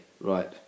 right